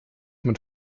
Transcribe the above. mit